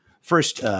first –